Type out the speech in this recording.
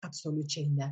absoliučiai ne